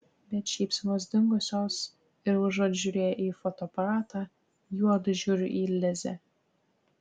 bet šypsenos dingusios ir užuot žiūrėję į fotoaparatą juodu žiūri į lizę